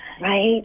right